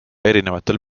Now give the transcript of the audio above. erinevatel